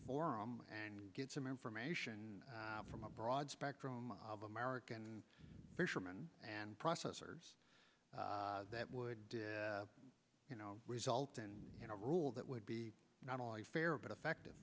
forum and get some information from a broad spectrum of american fisherman and processors that would you know result in you know a rule that would be not only fair but effective